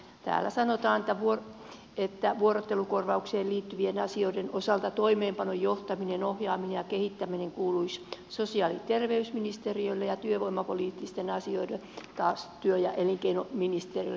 täällä sanotaan että vuorottelukorvaukseen liittyvien asioiden osalta toimeenpanon johtaminen ohjaaminen ja kehittäminen kuuluisi sosiaali ja terveysministeriölle ja työvoimapoliittisten asioiden osalta taas työ ja elinkeinoministeriölle